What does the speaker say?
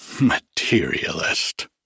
Materialist